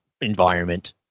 environment